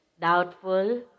doubtful